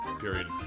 period